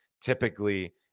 typically